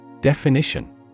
Definition